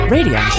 Radio